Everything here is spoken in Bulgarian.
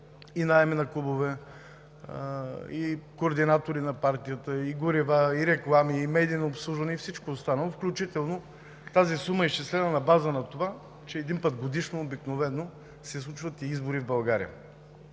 и наеми на клубове, и координатори на партията, и горива, и реклами, и медийно обслужване, и всичко останало, включително тази сума е изчислена на база на това, че един път годишно обикновено се случват и избори в България.